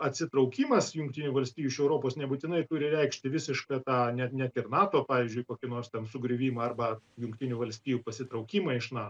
atsitraukimas jungtinių valstijų iš europos nebūtinai turi reikšti visišką tą net net ir nato pavyzdžiui kokį nors ten sugriuvimą arba jungtinių valstijų pasitraukimą iš nato